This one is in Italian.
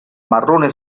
marrone